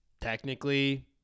Technically